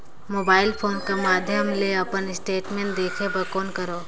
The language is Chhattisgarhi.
मोबाइल फोन कर माध्यम ले अपन स्टेटमेंट देखे बर कौन करों?